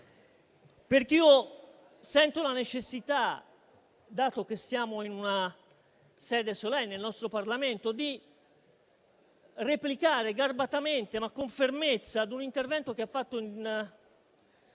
perché sento la necessità, dato che siamo in una sede solenne, il nostro Parlamento, di replicare garbatamente, ma con fermezza, a un intervento in